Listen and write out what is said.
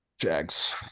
Jags